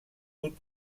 sud